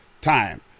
time